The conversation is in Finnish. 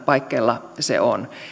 paikkeilla se on